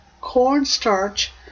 cornstarch